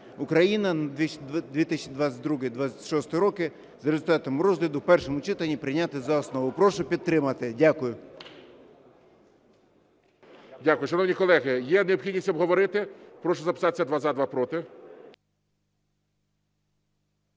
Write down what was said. України" на 2022 – 2026 роки за результатами розгляду в першому читанні прийняти за основу. Прошу підтримати. Дякую. ГОЛОВУЮЧИЙ. Дякую. Шановні колеги, є необхідність обговорити? Прошу записатися: два – за, два – проти.